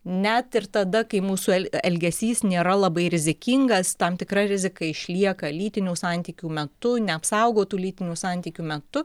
net ir tada kai mūsų el elgesys nėra labai rizikingas tam tikra rizika išlieka lytinių santykių metu neapsaugotų lytinių santykių metu